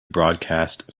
broadcast